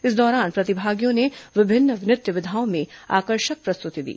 इस दौरान प्रतिभागियों ने विभिन्न नृत्य विधाओं में आकर्षक प्रस्तुति दी